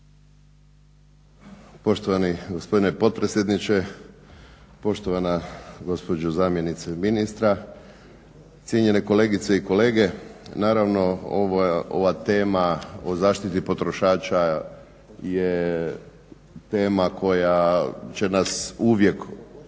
Poštovani gospodine potpredsjedniče, poštovana gospođo zamjenice ministra, cijenjene kolegice i kolege. Naravno ova tema o zaštiti potrošača je tema koja će nas uvijek okupirati